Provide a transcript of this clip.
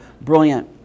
brilliant